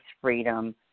freedom